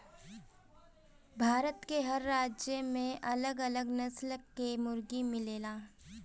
भारत के हर राज्य में अलग अलग नस्ल कअ मुर्गा मिलेलन